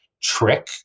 trick